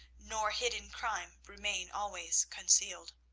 nor hidden crime remain always concealed